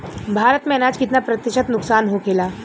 भारत में अनाज कितना प्रतिशत नुकसान होखेला?